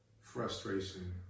frustration